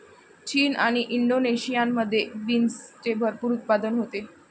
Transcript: चीन आणि इंडोनेशियामध्ये बीन्सचे भरपूर उत्पादन होते